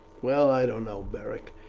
well, i don't know, beric.